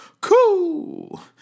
Cool